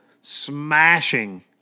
smashing